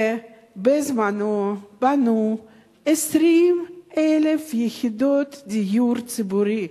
ובזמנו בנו 20,000 יחידות דיור ציבורי.